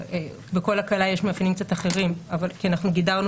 בכל הקלה יש קצת מאפיינים אחרים כי אנחנו גידרנו